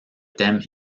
thème